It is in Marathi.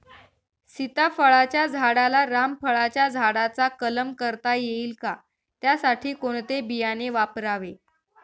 सीताफळाच्या झाडाला रामफळाच्या झाडाचा कलम करता येईल का, त्यासाठी कोणते बियाणे वापरावे?